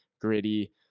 gritty